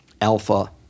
Alpha